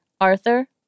Arthur